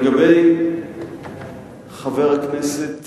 לחבר הכנסת